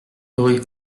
rue